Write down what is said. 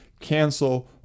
cancel